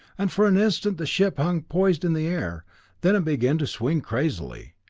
and for an instant the ship hung poised in the air then it began to swing crazily,